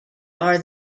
are